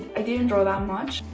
i didn't draw that much,